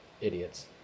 idiots